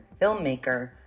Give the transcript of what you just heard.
filmmaker